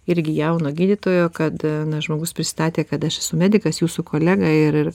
irgi jauno gydytojo kad na žmogus prisistatė kad aš esu medikas jūsų kolega ir ir